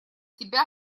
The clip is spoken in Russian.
тебя